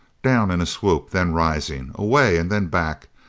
down in a swoop. then rising. away, and then back.